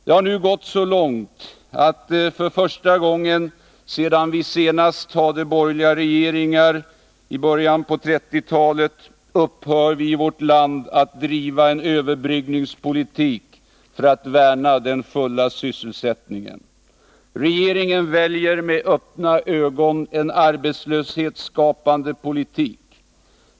Det har nu gått så långt, att man nu i vårt land, för första gången sedan vi senast hade borgerliga regeringar — i början på 1930-talet — nu upphör att driva en överbryggningspolitik för att värna den fulla sysselsättningen. Regeringen väljer med öppna ögon en arbetslöshetsskapande politik.